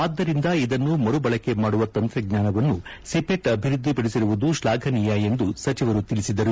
ಅದ್ದರಿಂದ ಇದನ್ನು ಮರುಬಳಕೆ ಮಾಡುವ ತಂತ್ರಜ್ಞಾನವನ್ನು ಸಿಪೆಟ್ ಅಭಿವೃದ್ದಿಪಡಿಸಿರುವುದು ಶ್ಲಾಘನೀಯ ಎಂದು ಸಚಿವರು ತಿಳಿಸಿದರು